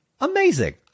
amazing